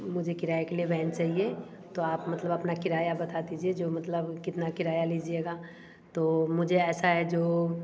मुझे किराए के लिए वेन चाहिए तो आप मतलब अपना किराया बता दीजिए जो मतलब कितना किराया लीजिएगा तो मुझे ऐसा है जो